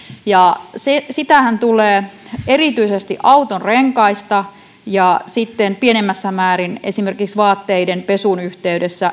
sitähän tulee erityisesti autonrenkaista ja sitten pienemmässä määrin esimerkiksi fleecekankaasta vaatteiden pesun yhteydessä